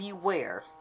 beware